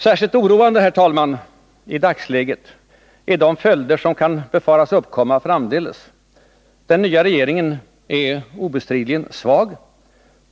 Särskilt oroande, herr talman, i dagsläget är de följder som kan befaras uppkomma framdeles. Den nya regeringen är obestridligen svag.